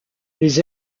les